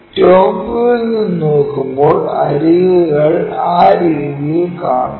top വ്യൂവിൽ നിന്ന് നോക്കുമ്പോൾ അരികുകൾ ആ രീതിയിൽ കാണും